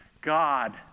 God